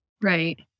Right